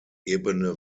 ebene